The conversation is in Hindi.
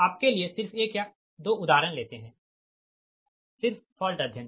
आपके लिए सिर्फ एक या दो उदाहरण लेते है सिर्फ फॉल्ट अध्ययन